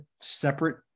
separate